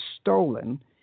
stolen